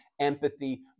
empathy